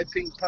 Pink